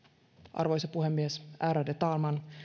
arvoisa puhemies ärade talman